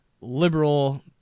liberal